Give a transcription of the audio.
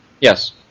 Yes